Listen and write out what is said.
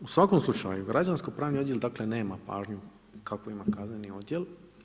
U svakom slučaju građanskopravni odjel dakle nema pažnju kakvu ima kazneni odjel.